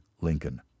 Lincoln